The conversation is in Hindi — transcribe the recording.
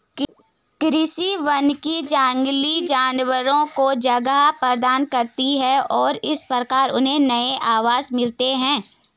कृषि वानिकी जंगली जानवरों को जगह प्रदान करती है और इस प्रकार उन्हें नए आवास मिलते हैं